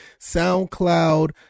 soundcloud